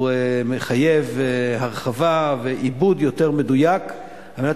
הוא מחייב הרחבה ועיבוד מדויק יותר על מנת